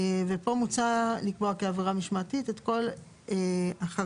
ופה מוצע לקבוע כי עבירה משמעתית בכל חריגה